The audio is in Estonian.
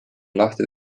lahti